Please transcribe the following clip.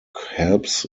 helps